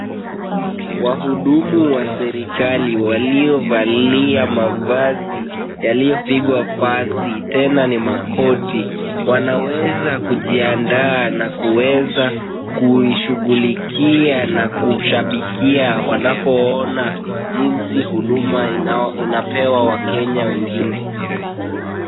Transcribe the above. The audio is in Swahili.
Wahudumu wa serikali waliovalia mavazi yaliyopigwa pasi tena ni makoti wanaweza kujiandaa na kuweza kuishughulikia na kushabikia wanapoona jinsi huduma inapewa wakenya wengine.